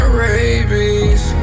rabies